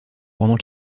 pendant